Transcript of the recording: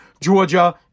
Georgia